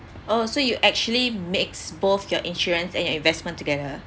oh so you actually mix both your insurance and your investment together